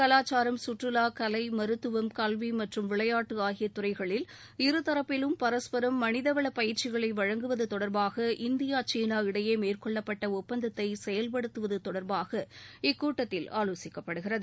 கலாச்சாரம் சுற்றுவா கலை மருத்துவம் கல்வி மற்றும் விளையாட்டு ஆகிய துறைகளில் இருதாப்பிலும் பரஸ்பரம் மனித வள பயிற்சிகளை வழங்குவது தொடர்பாக இந்தியா சீனா இடையே மேற்கொள்ளப்பட்ட ஒப்பந்தத்தத்தை செயல்படுத்துவது தொடா்பாக இதில் ஆலோசிக்கப்படுகிறது